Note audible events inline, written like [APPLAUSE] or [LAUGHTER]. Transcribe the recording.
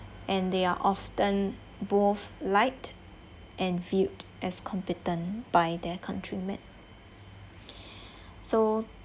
and they are often both liked and viewed as competent by their countrymen [BREATH] so